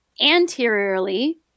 anteriorly